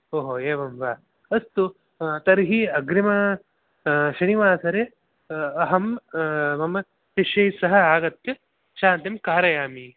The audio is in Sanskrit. ओहो एवं वा अस्तु तर्हि अग्रिम शनिवासरे अहं मम शिष्यैः सह आगत्य शान्तिं कारयामि